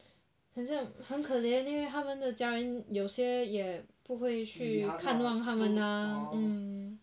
很像很可怜 eh 他们的家人有些也不会去看望他们啊 mm